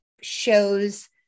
shows